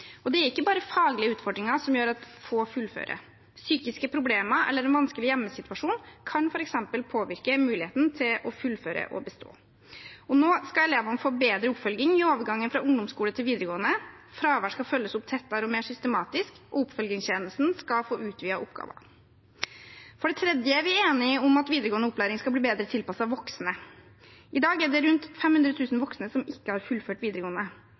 Det er ikke bare faglige utfordringer som gjør at få fullfører. Psykiske problemer eller en vanskelig hjemmesituasjon kan f.eks. påvirke muligheten til å fullføre og bestå. Nå skal elevene få bedre oppfølging i overgangen fra ungdomsskole til videregående, fravær skal følges opp tettere og mer systematisk, og oppfølgingstjenesten skal få utvidede oppgaver. For det tredje er vi enige om at videregående opplæring skal bli bedre tilpasset voksne. I dag er det rundt 500 000 voksne som ikke har fullført videregående.